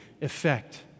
effect